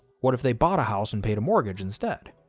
what if they bought a house and paid a mortgage instead?